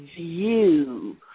view